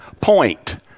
point